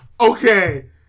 Okay